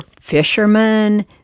fishermen